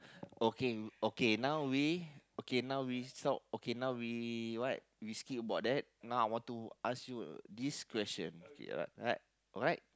okay okay now we okay now we stop okay now we what we skip about that now I want to ask you this question okay right right right